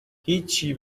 هیچی